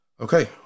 Okay